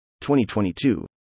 2022